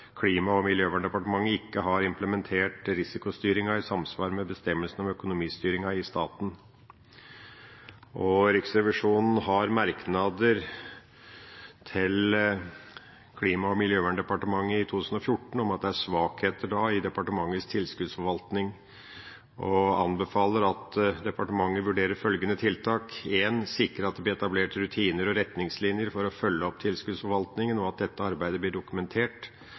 Klima- og miljødepartementet ikke har implementert risikostyring i samsvar med bestemmelsene om økonomistyringen i staten. Riksrevisjonen har merknader til Klima- og miljødepartementet for 2014 om at det er svakheter i departementets tilskuddsforvaltning, og anbefaler at departementet vurderer følgende tiltak: sikre at det blir etablert rutiner og retningslinjer for å følge opp tilskuddsforvaltningen, og at dette arbeidet blir dokumentert